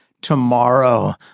tomorrow